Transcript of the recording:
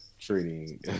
treating